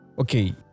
okay